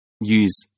use